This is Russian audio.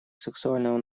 сексуального